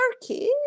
Turkey